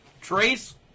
Trace